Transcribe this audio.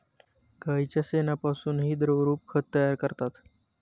गाईच्या शेणापासूनही द्रवरूप खत तयार करतात